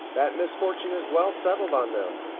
that misfortune is well settled on them.